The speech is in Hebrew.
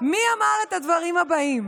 מי אמר את הדברים הבאים?